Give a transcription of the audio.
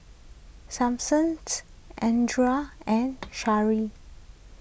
Samson andria and Charle